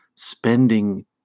Spending